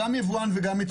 הוא גם יבואן וגם יצואן.